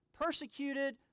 persecuted